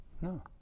no